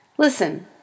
Listen